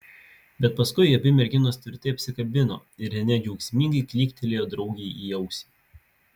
bet paskui abi merginos tvirtai apsikabino ir renė džiaugsmingai klyktelėjo draugei į ausį